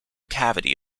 cavity